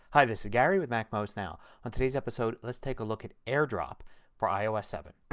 hi this is gary with macmost now. on today's episode let's take a look at airdrop for ios seven.